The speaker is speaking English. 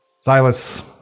Silas